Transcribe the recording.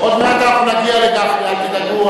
עוד מעט אנחנו נגיע לגפני, אל תדאג.